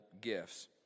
gifts